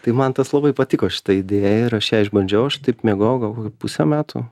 tai man tas labai patiko šita idėja ir aš ją išbandžiau aš taip miegojau gal kokių pusę metų